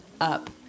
Up